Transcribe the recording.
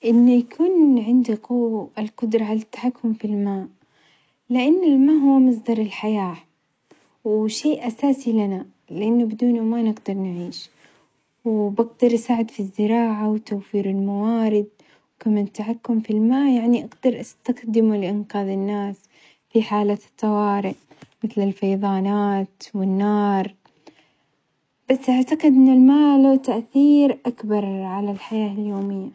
إني يكون عندي قو القدرة على التحكم في الماء، لأن الماء هو مصدر الحياة وشيء أساسي لنا، لأن بدونه ما نقدر نعيش وبقدر أساعد في الزراعة وتوفير الموارد وكمان التحكم في الماء يعني أقدر أستخدمه لإنقاذ الناس في حالة الطوارئ، مثل الفياظانات والنار، بس أعتقد أن الماء له تأثير أكبر على الحياة اليومية.